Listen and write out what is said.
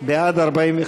שי) לסעיף תקציבי 79,